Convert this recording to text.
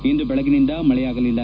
ಇಂದು ಬೆಳಿಗಿನಿಂದ ಮಳೆಯಾಗಲಿಲ್ಲ